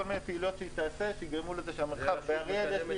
כל מיני פעילויות שהיא תעשה שיגרמו לזה שהמרחב ראש